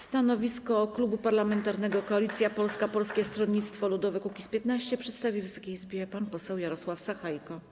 Stanowisko Klubu Parlamentarnego Koalicja Polska - Polskie Stronnictwo Ludowe - Kukiz15 przedstawi Wysokiej Izbie pan poseł Jarosław Sachajko.